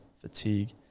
fatigue